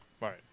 Right